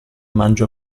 mangia